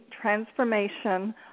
transformation